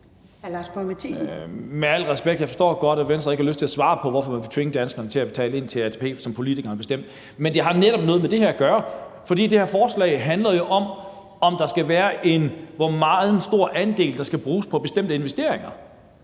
jeg forstår godt, at Venstre ikke har lyst til at svare på, hvorfor man vil tvinge danskerne til at betale ind til ATP, som politikerne har bestemt. Men det har netop noget med det her at gøre, for det her forslag handler jo om, hvor stor en andel der skal bruges på bestemte investeringer,